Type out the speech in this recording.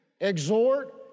exhort